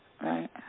right